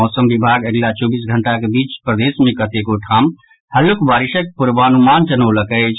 मौसम विभाग अगिला चौबीस घंटाक बीच प्रदेश मे कतेको ठाम हल्लुक बारिशक पूर्वानुमान जतौलक अछि